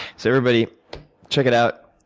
so everybody check it out.